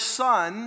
son